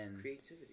Creativity